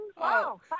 Wow